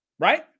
Right